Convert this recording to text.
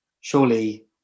surely